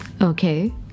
Okay